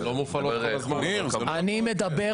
ממש ממש לא.